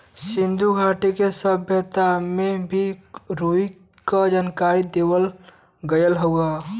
सिन्धु घाटी के सभ्यता में भी रुई क जानकारी देवल गयल हउवे